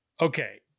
Okay